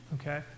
Okay